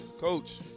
Coach